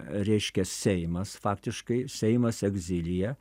reiškia seimas faktiškai seimas egzilyje